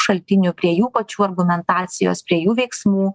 šaltinių prie jų pačių argumentacijos prie jų veiksmų